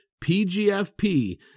PGFP